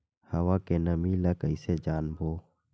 हवा के नमी ल कइसे जानबो?